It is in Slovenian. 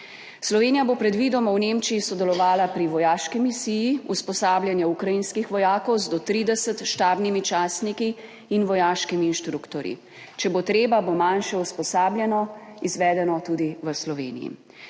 Slovenija bo predvidoma v Nemčiji sodelovala pri vojaški misiji, usposabljanju ukrajinskih vojakov z do 30 štabnimi častniki in vojaškimi inštruktorji. Če bo treba, bo manjše usposabljanje izvedeno tudi v Sloveniji.